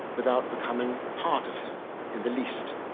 without becoming part of him in the least